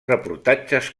reportatges